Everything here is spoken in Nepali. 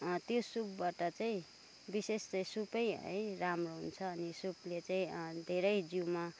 त्यो सुपबाट चाहिँ विशेष चाहिँ सुपै है राम्रो हुन्छ अनि सुपले चाहिँ धेरै जिउमा